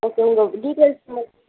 okay உங்கள் details மட்டும்